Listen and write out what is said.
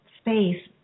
space